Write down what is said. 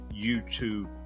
youtube